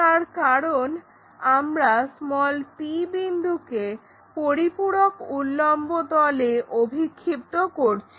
তার কারণ আমরা p বিন্দুকে পরিপূরক উল্লম্ব তলে অভিক্ষিপ্ত করছি